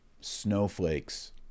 Snowflakes